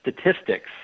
statistics